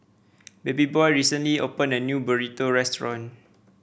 Babyboy recently opened a new Burrito Restaurant